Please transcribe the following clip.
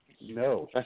No